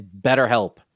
BetterHelp